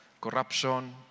corruption